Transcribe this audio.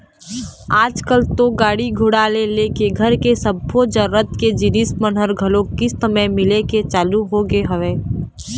आजकल तो गाड़ी घोड़ा ले लेके घर के सब्बो जरुरत के जिनिस मन ह घलोक किस्ती म मिले के चालू होगे हवय